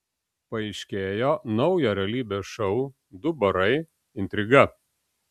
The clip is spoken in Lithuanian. paaiškėjo naujo realybės šou du barai intriga